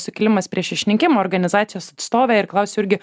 sukilimas prieš išnykimo organizacijos atstove ir klausiau irgi